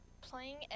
playing